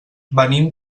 venim